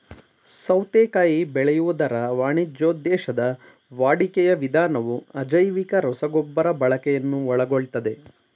ಸೌತೆಕಾಯಿ ಬೆಳೆಯುವುದರ ವಾಣಿಜ್ಯೋದ್ದೇಶದ ವಾಡಿಕೆಯ ವಿಧಾನವು ಅಜೈವಿಕ ರಸಗೊಬ್ಬರ ಬಳಕೆಯನ್ನು ಒಳಗೊಳ್ತದೆ